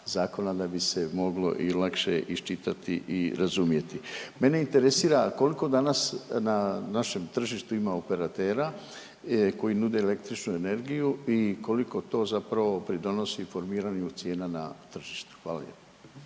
da bi se moglo i lakše iščitati i razumjeti. Mene interesira koliko danas na našem tržištu ima operatera koji nude električnu energiju i koliko to zapravo pridonosi formiranju cijena na tržištu? Hvala